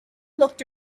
looked